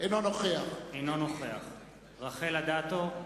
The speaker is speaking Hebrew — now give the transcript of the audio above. אינו נוכח רחל אדטו,